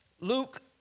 Luke